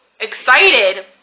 excited